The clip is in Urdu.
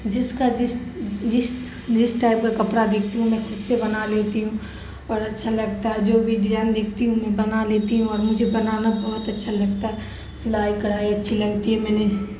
جس کا جس جس جس ٹائپ کا کپڑا دیکھتی ہوں میں خود سے بنا لیتی ہوں اور اچھا لگتا ہے جو بھی ڈیجائن دیکھتی ہوں میں بنا لیتی ہوں اور مجھے بنانا بہت اچھا لگتا سلائی کڑھائی اچھی لگتی ہے میں نے